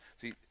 See